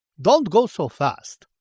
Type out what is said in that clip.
don't go so fast.